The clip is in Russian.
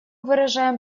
выражаем